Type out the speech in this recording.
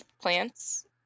plants